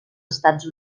estats